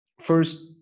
first